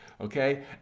Okay